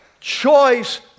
Choice